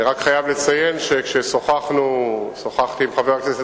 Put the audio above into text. אני חייב לציין שכששוחחתי עם חבר הכנסת